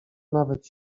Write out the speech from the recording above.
nawet